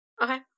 Okay